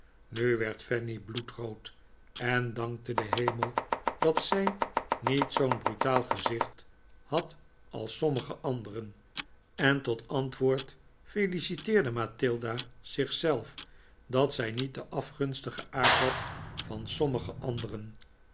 nu werd fanny bloedrood en dankte den hemel dat zij niet zoo'n brutaal gezicht had als sommige anderen en tot antwoord feliciteerde mathilda zich zelf dat zij niet den afgunstigen aard had van sommige anderen